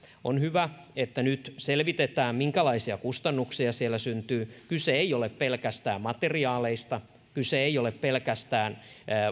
on hyvä että nyt selvitetään minkälaisia kustannuksia siellä syntyy kyse ei ole pelkästään materiaaleista kyse ei ole pelkästään